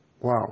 Wow